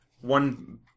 one